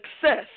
success